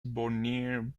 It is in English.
bonnier